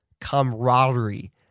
camaraderie